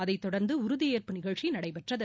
அதைத்தொடர்ந்து உறுதியேற்பு நிகழ்ச்சி நடைபெற்றது